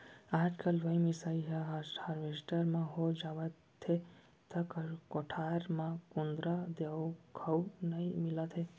आजकल लुवई मिसाई ह हारवेस्टर म हो जावथे त कोठार म कुंदरा देखउ नइ मिलत हे